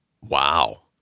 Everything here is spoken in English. Wow